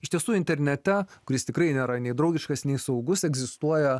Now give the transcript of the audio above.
iš tiesų internete kuris tikrai nėra nei draugiškas nei saugus egzistuoja